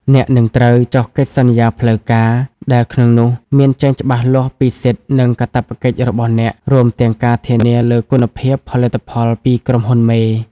អ្នកនឹងត្រូវ "ចុះកិច្ចសន្យាផ្លូវការ" ដែលក្នុងនោះមានចែងច្បាស់លាស់ពីសិទ្ធិ និងកាតព្វកិច្ចរបស់អ្នក រួមទាំងការធានាលើគុណភាពផលិតផលពីក្រុមហ៊ុនមេ។